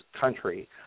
country